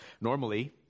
Normally